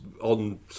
on